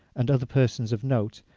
and other persons of note,